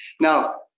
Now